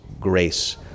grace